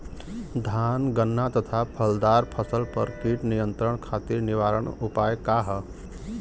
धान गन्ना तथा फलदार फसल पर कीट नियंत्रण खातीर निवारण उपाय का ह?